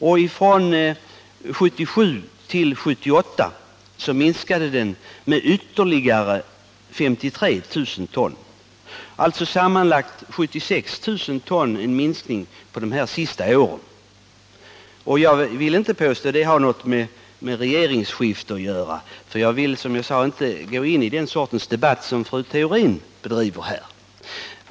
Från 1977 till 1978 minskade den med ytterligare 53 000 ton. Det har alltså varit en minskning på sammanlagt 76 000 ton på de senaste åren. Jag vill inte påstå att det har något med regeringsskiftet att göra — jag vill som jag sade inte ge mig in i det slags debatt som fru Theorin bedriver.